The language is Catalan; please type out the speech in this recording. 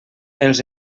els